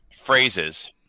phrases